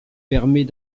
permet